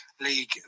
league